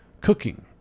cooking